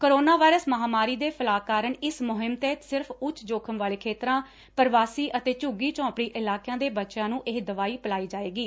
corona virus ਮਹਾਮਾਰੀ ਦੇ ਫੈਲਾਅ ਕਾਰਣ ਇਸ ਮੁਹਿਮ ਤਹਿਤ ਸਿਰਫ ਉਂਚ ਜੋਖਿਮ ਵਾਲੇ ਖੇਤਰਾਂ ਪ੍ਰਵਾਸੀ ਅਤੇ ਝੁੰਗੀ ਝੋਪੜੀ ਇਲਾਕਿਆਂ ਦੇ ਬੱਚਿਆਂ ਨੂੰ ਇਹ ਦਵਾਈ ਪਿਲਾਈ ਜਾਏਗੀ